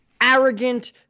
arrogant